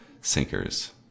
sinkers